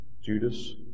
Judas